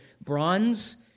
bronze